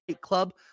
club